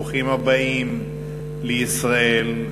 ברוכים הבאים לישראל,